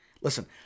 Listen